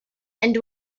and